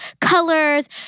colors